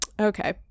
Okay